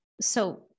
So-